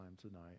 tonight